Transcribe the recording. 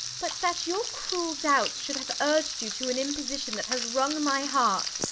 but that your cruel doubts should have urged you to an imposition that has wrung my heart,